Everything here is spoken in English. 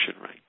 right